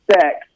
sex